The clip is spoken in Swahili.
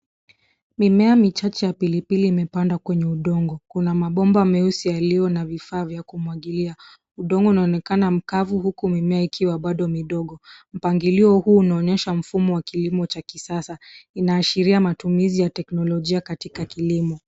Mimea michache ya pilipili imepandwa kwenye udongo. Kuna mabomba meusi yalio na vifaa vya kumwagilia. Udongo unonekana mkavu huku mimea ikiwa bado midogo. Mpangilio huu unaonyesha mfumo wa kilimo cha kisasa. Inaashiria matumizi ya teknolojia katika kilimo.